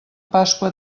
pasqua